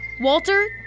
Walter